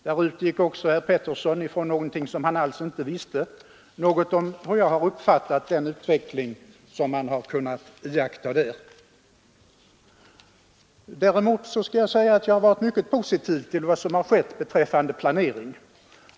Herr-Pettersson utgick ifrån något som han alls inte visste någonting om — i vilken mån jag har uppmärksammat den utveckling som man haft i fråga om skånsk fritidsmiljö. Jag skall säga att jag har varit mycket positiv till vad som skett beträffande planeringen.